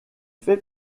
fait